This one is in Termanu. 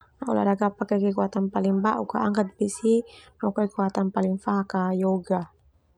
Olahraga pake kekuatan paling bau Angkat besi pakai kekuatan paling fak yoga.